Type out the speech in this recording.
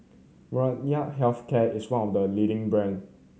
Molnylcke Health Care is one of the leading brands